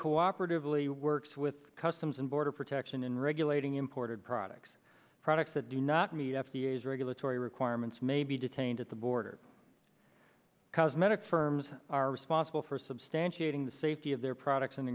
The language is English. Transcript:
co operatively works with customs and border protection in regulating imported products products that do not meet f d a as regulatory requirements may be detained at the border cosmetics firms are responsible for substantiating the safety of their products and